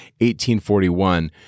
1841